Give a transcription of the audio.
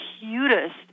cutest